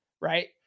right